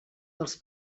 dels